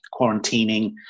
quarantining